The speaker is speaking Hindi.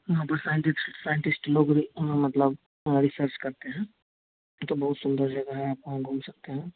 यहाँ पर साइंटिस्ट साइंटिस्ट लोग भी मतलब बहुत रिसर्च करते हैं ये तो बहुत सुंदर जगह है आप वहाँ घूम सकते हैं